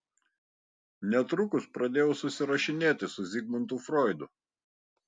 netrukus pradėjau susirašinėti su zigmundu froidu